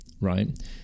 right